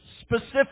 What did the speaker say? specific